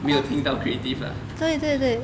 没有听到 creative lah